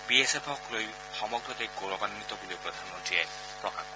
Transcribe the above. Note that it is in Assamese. বি এছ এফক লৈ সমগ্ৰ দেশ গৌৰান্বিত বুলিও প্ৰধানমন্ত্ৰীয়ে প্ৰকাশ কৰে